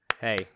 hey